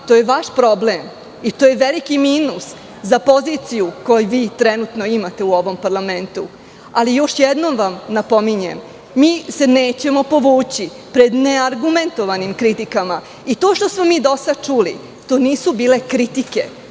to je vaš problem i to je veliki minus za poziciju koju vi trenutno imate u ovom parlamentu. Još jednom vam napominjem, mi se nećemo povući pred neargumentovanim kritikama i to što smo mi do sada čuli, to nisu bile kritike,